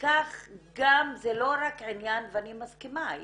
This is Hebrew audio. אני מסכימה,